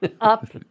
up